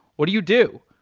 what do you do?